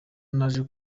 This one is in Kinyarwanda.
naje